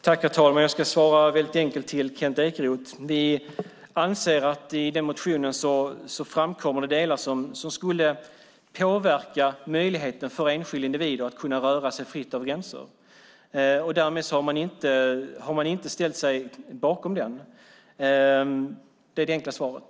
Herr talman! Jag ska svara enkelt till Kent Ekeroth: Vi anser att det i motionen framkommer delar som skulle påverka möjligheten för enskilda individer att röra sig fritt över gränser. Därmed har man inte ställt sig bakom motionen. Det är det enkla svaret.